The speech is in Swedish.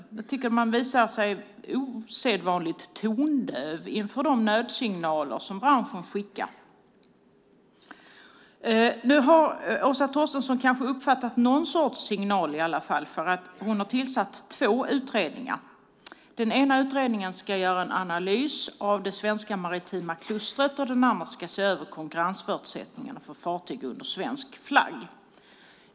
Jag tycker att man visar sig osedvanligt tondöv inför de nödsignaler som branschen skickar. Nu har Åsa Torstensson kanske uppfattat någon sorts signal i alla fall, för hon har tillsatt två utredningar. Den ena utredningen ska göra en analys av det svenska maritima klustret och den andra ska se över konkurrensförutsättningarna för fartyg under svensk flagg.